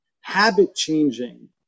habit-changing